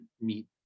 meet